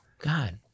God